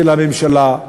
של הממשלה.